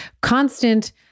constant